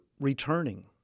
returning